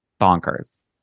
bonkers